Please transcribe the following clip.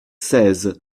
seize